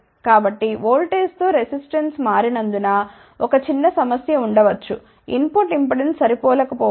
కాబట్టి ఓల్టేజ్తో రెసిస్టెన్స్ మారి నందున ఒక చిన్న సమస్య ఉండ వచ్చు ఇన్పుట్ ఇంపెడెన్స్ సరిపోలకపోవచ్చు